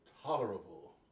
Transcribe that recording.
tolerable